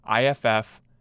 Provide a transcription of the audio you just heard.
IFF